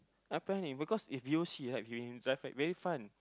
I'm fine because if you see like you in his life very fun